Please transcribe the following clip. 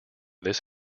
this